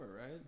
right